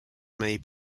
may